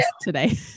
today